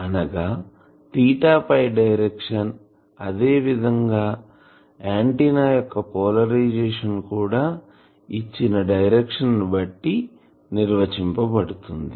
అనగా theta phi direction అదేవిధం గా ఆంటిన్నా యొక్క పోలరైజేషన్ కూడా ఇచ్చిన డైరెక్షన్ ను బట్టి నిర్వచించబడుతుంది